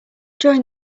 join